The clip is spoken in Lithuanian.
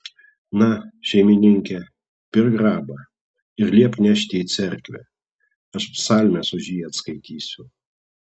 na šeimininke pirk grabą ir liepk nešti į cerkvę aš psalmes už jį atskaitysiu